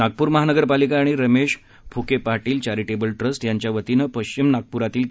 नागप्र महानगर पालिका आणि रमेश फुकेपाटील चरीटिबल ट्रस्ट यांच्या वतीनं पश्चिम नागपूरातल्या के